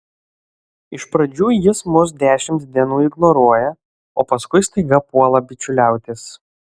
iš pradžių jis mus dešimt dienų ignoruoja o paskui staiga puola bičiuliautis